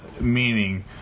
meaning